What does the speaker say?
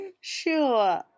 Sure